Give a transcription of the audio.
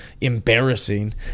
embarrassing